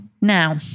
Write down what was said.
Now